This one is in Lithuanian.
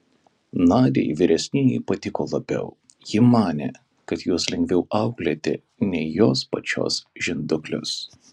nadiai vyresnieji patiko labiau ji manė kad juos lengviau auklėti nei jos pačios žinduklius